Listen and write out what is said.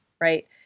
right